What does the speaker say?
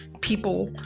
people